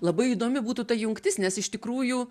labai įdomi būtų ta jungtis nes iš tikrųjų